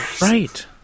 Right